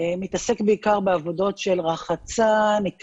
מתעסק בעיקר בעבודות של רחצה, ניקיון,